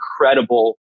incredible